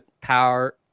power